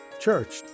church